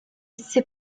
esse